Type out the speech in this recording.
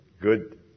good